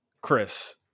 chris